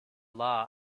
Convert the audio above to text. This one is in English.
law